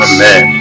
Amen